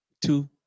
Two